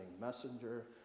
messenger